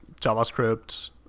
JavaScript